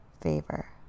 favor